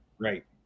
right